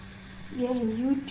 यहाँ यह U2 है